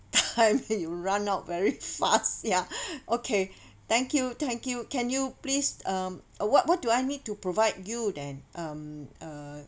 time you run out very fast ya okay thank you thank you can you please um uh what what do I need to provide you then um uh